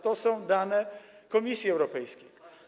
To są dane Komisji Europejskiej.